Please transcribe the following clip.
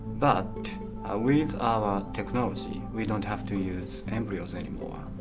but ah with our technology we don't have to use embryos any more.